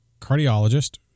cardiologist